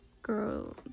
Girl